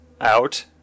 out